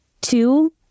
Two